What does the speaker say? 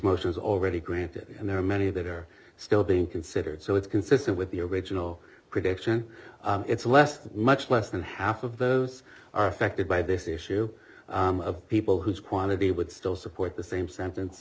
motions already granted and there are many that are still being considered so it's consistent with the original prediction it's less that much less than half of those are affected by this issue of people whose quantity would still support the same sentence